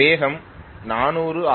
வேகம் 400 ஆர்